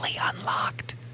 unlocked